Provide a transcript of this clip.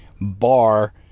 bar